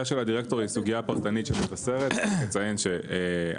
היא יכולה לטפל בהחלט גם במים.